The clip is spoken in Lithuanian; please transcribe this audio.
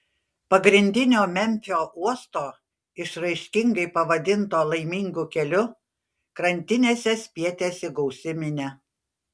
pagrindinio memfio uosto išraiškingai pavadinto laimingu keliu krantinėse spietėsi gausi minia